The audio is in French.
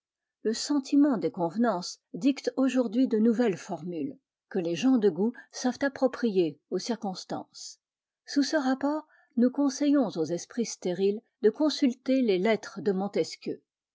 le sentiment des convenances dicte aujour d'hui de nouvelles formules que les gens de goût savent approprier aux circonstances sous ce rapport nous conseillons aux esprits stériles de consulter les lettres de montesquieu